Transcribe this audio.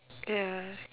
ya